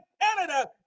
Canada